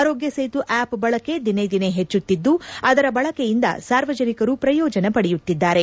Aarogya Setu app ಬಳಕೆ ದಿನೇ ದಿನೇ ಹೆಚ್ಚುತ್ತಿದ್ದು ಅದರ ಬಳಕೆಯಿಂದ ಸಾರ್ವಜನಿಕರು ಪ್ರಯೋಜನ ಪಡೆಯುತ್ತಿದ್ದಾರೆ